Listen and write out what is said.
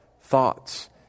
thoughts